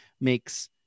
makes